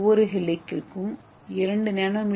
ஏ ஒவ்வொரு ஹெலிகுக்கும் 2 என்